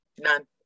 None